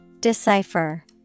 Decipher